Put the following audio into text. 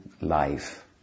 life